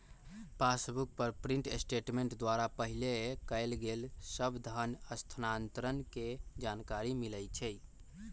passbook print statement स्टेटमेंट द्वारा पहिले कएल गेल सभ धन स्थानान्तरण के जानकारी मिलइ छइ